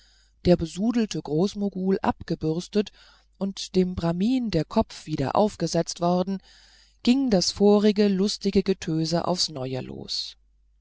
der besudelte großmogul abgebürstet und dem brahmin der kopf wieder aufgesetzt worden ging das vorige lustige getöse aufs neue los